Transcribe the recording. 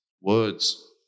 words